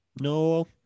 No